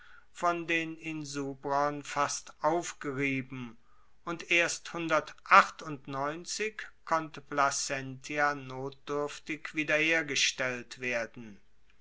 von den insubrern fast aufgerieben und erst konnte placentia notduerftig wiederhergestellt werden